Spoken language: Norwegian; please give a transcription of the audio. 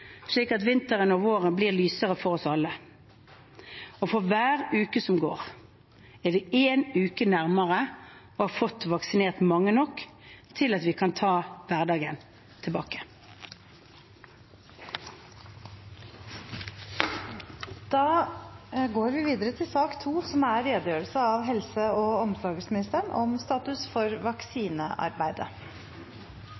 slik at vinteren og våren blir lysere for oss alle. Og for hver uke som går, er vi én uke nærmere å ha fått vaksinert mange nok til at vi kan ta hverdagen tilbake. Gjennom EU-samarbeidet som Norge er en del av, har vi